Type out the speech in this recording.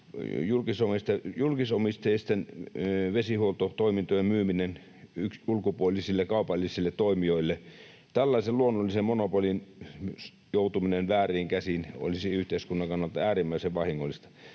julkisomisteisten vesihuoltotoimintojen, myyminen ulkopuolisille kaupallisille toimijoille. Tällaisen luonnollisen monopolin joutuminen vääriin käsiin olisi yhteiskunnan kannalta äärimmäisen vahingollista.